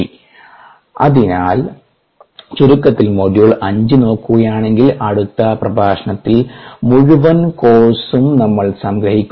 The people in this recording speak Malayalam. ആയതിനാൽ ചുരുക്കത്തിൽ മൊഡ്യൂൾ 5 നോക്കുകയാണെങ്കിൽ അടുത്ത പ്രഭാഷണത്തിൽ മുഴുവൻ കോഴ്സും നമ്മൾ സംഗ്രഹിക്കും